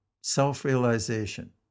self-realization